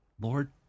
Lord